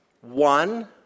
one